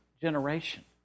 generation